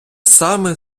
саме